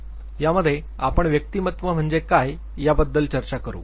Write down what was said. यामध्ये आपण व्यक्तिमत्व म्हणजे काय याबद्दल चर्चा करू